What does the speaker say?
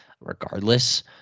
regardless